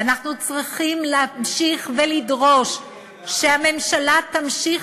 ואנחנו צריכים להמשיך ולדרוש שהממשלה תמשיך